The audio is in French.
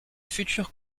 future